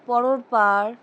বড়ো পার্ক